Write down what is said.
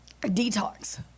detox